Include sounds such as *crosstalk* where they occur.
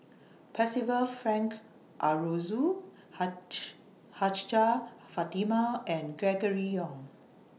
Percival Frank Aroozoo *unintelligible* Hajjah Fatimah and Gregory Yong